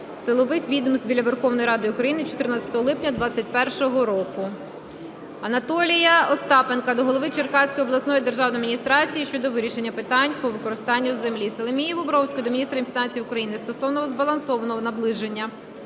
силових відомств біля Верховної Ради України 14 липня 2021 року. Анатолія Остапенка до голови Черкаської обласної державної адміністрації щодо вирішення питань по використанню землі. Соломії Бобровської до міністра фінансів України стосовно збалансованого наближення